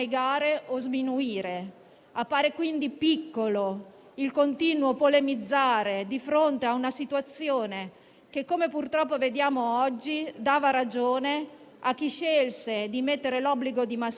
delle misure da parte di chiunque. Non ce lo potevamo permettere e oggi finalmente anche dalle Regioni arrivano messaggi e approcci più collaborativi nei confronti del Governo.